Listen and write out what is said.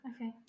okay